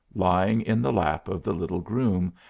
lying in the lap of the little groom,